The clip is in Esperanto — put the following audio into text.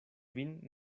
vin